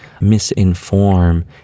misinform